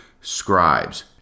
scribes